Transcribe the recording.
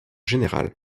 général